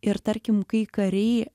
ir tarkim kai kariai